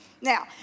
now